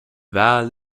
rah